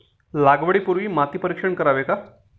लागवडी पूर्वी माती परीक्षण करावे का?